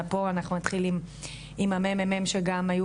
פה אנחנו מתחילים עם הממ"מ שגם היו